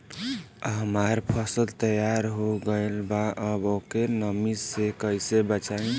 हमार फसल तैयार हो गएल बा अब ओके नमी से कइसे बचाई?